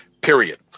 period